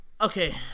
okay